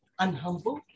unhumble